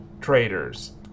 traders